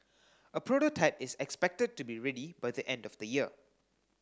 a prototype is expected to be ready by the end of the year